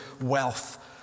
wealth